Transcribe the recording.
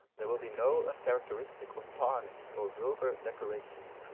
there will be no uncharacteristic or tarnished or vulgar decoration,